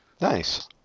Nice